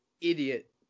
idiot